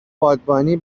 بادبانی